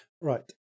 Right